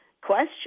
question